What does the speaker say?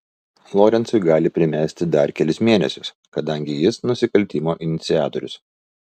lorencui gali primesti dar kelis mėnesius kadangi jis nusikaltimo iniciatorius